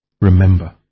Remember